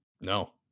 no